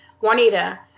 Juanita